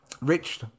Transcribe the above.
Rich